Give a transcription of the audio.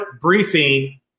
briefing